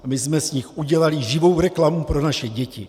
My jsme z nich udělali živou reklamu pro naše děti.